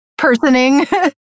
personing